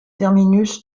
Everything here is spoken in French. terminus